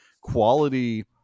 quality